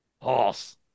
Horse